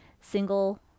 single